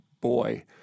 boy